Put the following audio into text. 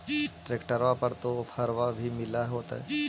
ट्रैक्टरबा पर तो ओफ्फरबा भी मिल होतै?